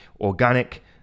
organic